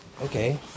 Okay